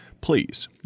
please